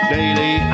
Daily